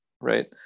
right